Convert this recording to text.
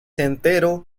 entero